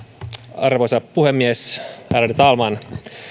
arvoisa puhemies ärade talman